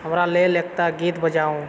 हमरा लेल एकता गीत बजाउ